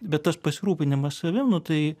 bet tas pasirūpinimas savim nu tai